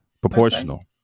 proportional